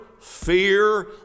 fear